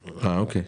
אוקיי,